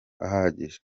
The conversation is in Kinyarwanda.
ahagije